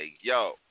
yo